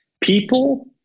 people